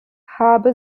habe